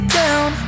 down